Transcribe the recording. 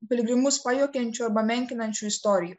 piligrimus pajuokiančių arba menkinančių istorijų